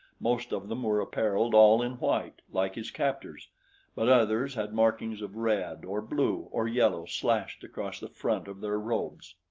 most of them were appareled all in white, like his captors but others had markings of red or blue or yellow slashed across the front of their robes.